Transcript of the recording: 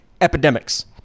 epidemics